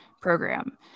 program